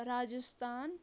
Rajasthan